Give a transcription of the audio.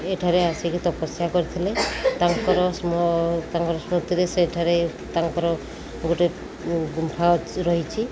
ଏଠାରେ ଆସିକି ତପସ୍ୟା କରିଥିଲେ ତାଙ୍କର ସ୍ମ ତାଙ୍କର ସ୍ମୃତିରେ ସେଇଠାରେ ତାଙ୍କର ଗୋଟେ ଗୁମ୍ଫା ରହିଛି